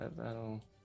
that'll